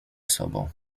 sobą